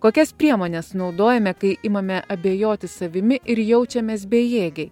kokias priemones naudojame kai imame abejoti savimi ir jaučiamės bejėgiai